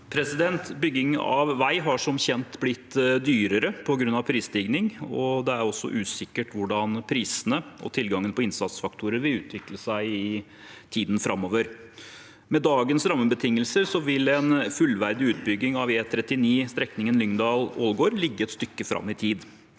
Bygging av vei har som kjent blitt dyrere på grunn av prisstigning, og det er usikkert hvordan prisene og tilgangen på innsatsfaktorer vil utvikle seg i tiden framover. Med dagens rammebetingelser vil en fullverdig utbygging av E39 strekningen Lyngdal–Ålgård ligge et stykke fram i tid.